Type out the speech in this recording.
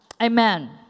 Amen